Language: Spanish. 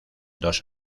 dos